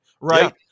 Right